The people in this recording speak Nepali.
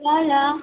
ल ल